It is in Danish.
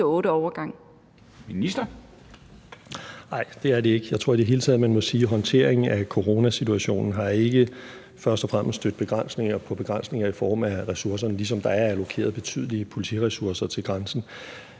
Hækkerup): Nej, det er det ikke. Jeg tror i det hele taget, at man må sige, at håndteringen af coronasituationen ikke først og fremmest har stødt på begrænsninger i form af begrænsede ressourcer, ligesom der er allokeret betydelige politiressourcer til grænsen.